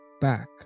back